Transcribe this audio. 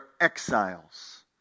exiles